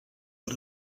per